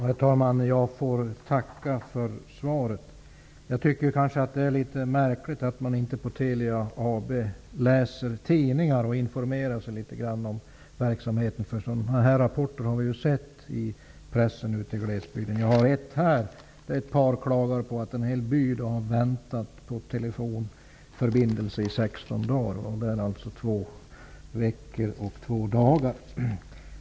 Herr talman! Jag tackar kommunikationsministern för svaret. Jag tycker kanske att det är litet märkligt att man inte på Telia AB läser tidningar och informerar sig om vad som händer. Sådana här rapporter har ju förekommit i pressen i glesbygden. Jag har ett exempel på en sådan rapport med mig. Det är där ett par som klagar på att en hel by har väntat på telefonförbindelser i 16 dagar, alltså två veckor och två dagar.